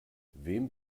wem